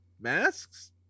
masks